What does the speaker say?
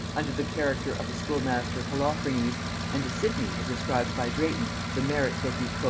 under the character of the schoolmaster holophernes and to sidney is ascribed by drayton the merit, that he.